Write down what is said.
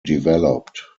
developed